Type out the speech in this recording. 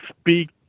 speak